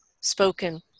spoken